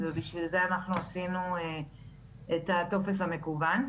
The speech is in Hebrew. ובשביל זה אנחנו עשינו את הטופס המקוון.